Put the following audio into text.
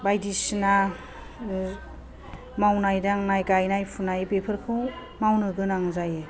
बायदिसिना मावनाय दांनाय गायनाय फुनाय बेफोरखौ मावनो गोनां जायो